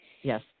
Yes